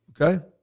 Okay